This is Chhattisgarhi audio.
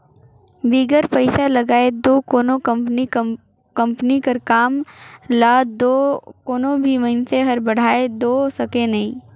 बिगर पइसा लगाए दो कोनो कंपनी कर काम ल दो कोनो भी मइनसे हर बढ़ाए दो सके नई